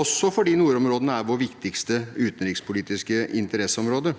også fordi nordområdene er vårt viktigste utenrikspolitiske interesseområde.